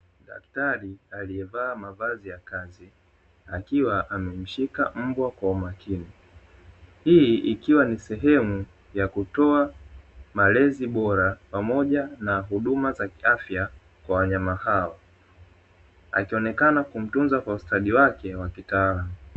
Daktari aliyevaa mavazi ya kazi akiwa amemshika mbwa kwa umakini, hii ikiwa ni sehemu ya kutoa malezi bora pamoja na huduma za kiafya kwa wanyama hao, akionekana kumtunza kwa ustadi wake wa kitaalamu.